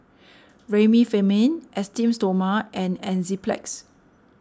Remifemin Esteem Stoma and Enzyplex